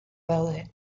daude